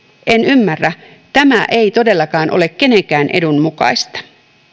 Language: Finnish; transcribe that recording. en ymmärrä tämä ei todellakaan ole kenenkään edun mukaista